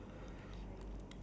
there's a stall